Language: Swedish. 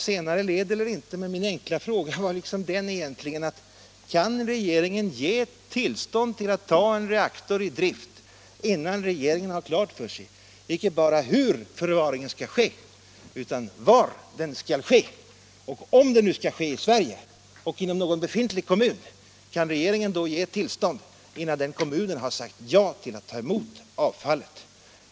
Senare led eller inte, min enkla fråga var egentligen om regeringen kan ge tillstånd till att ta en reaktor i drift innan regeringen har klart för sig, icke bara hur förvaringen skall ske, utan också var den skall ske. Och om den nu skall ske inom någon befintlig kommun i Sverige, kan regeringen då ge tillstånd innan den kommunen har sagt ja till att ta emot avfallet?